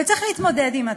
וצריך להתמודד עם הטרור.